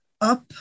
up